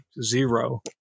zero